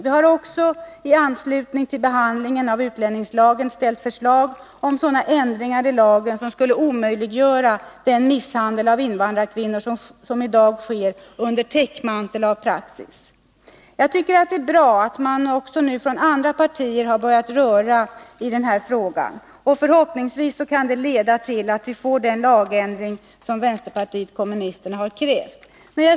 Vi har också i anslutning till behandlingen av utlänningslagen föreslagit sådana ändringar i lagen som skulle omöjliggöra den misshandel av invandrarkvinnor som i dag sker under täckmantel av praxis. Jag tycker att det är bra att man nu även inom andra partier har börjat röra i den här frågan. Förhoppningsvis kan detta leda till att vi får den lagändring som vänsterpartiet kommunisterna har krävt.